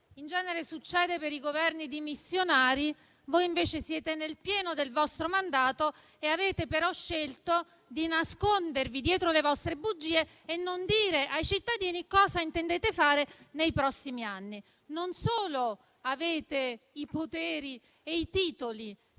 In genere questo succede per i Governi dimissionari. Voi invece siete nel pieno del vostro mandato e avete però scelto di nascondervi dietro le vostre bugie e di non dire ai cittadini cosa intendete fare nei prossimi anni. Non solo avete i poteri e i titoli